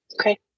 Okay